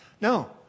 No